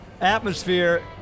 atmosphere